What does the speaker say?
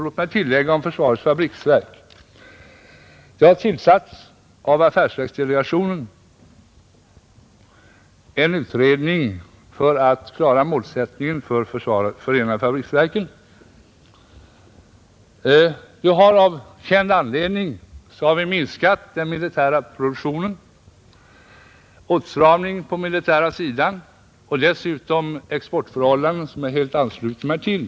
Låt mig om Försvarets fabriksverk tillägga att det av affärsverksdelegationen tillsatts en utredning för att klara målsättningen för Förenade fabriksverken. Av känd anledning har vi stramat åt på den militära sidan och dessutom har det skett en nedskärning av exporten, som jag helt ansluter mig till.